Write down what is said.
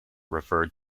referred